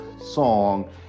song